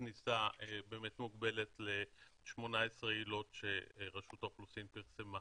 הכניסה מוגבלת ל-18 לילות שרשות האוכלוסין פרסמה.